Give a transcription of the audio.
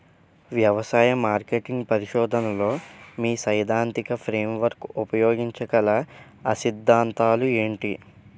వ్యవసాయ మార్కెటింగ్ పరిశోధనలో మీ సైదాంతిక ఫ్రేమ్వర్క్ ఉపయోగించగల అ సిద్ధాంతాలు ఏంటి?